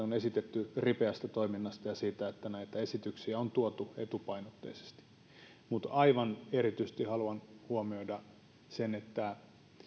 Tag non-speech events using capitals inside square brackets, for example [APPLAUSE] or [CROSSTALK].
[UNINTELLIGIBLE] on esitetty ripeästä toiminnasta ja siitä että näitä esityksiä on tuotu etupainotteisesti mutta aivan erityisesti haluan huomioida sen että